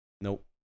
Nope